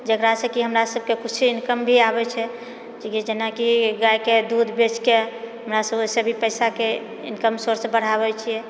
जकरासँ कि हमरा सभकेँ किछु इनकम भी आबैत छै की कहए छै आब जेनाकि गायके दूध बेचके हमरा सभके ओहिसँ भी पैसाके इनकम सोर्स बढ़ावए छिऐ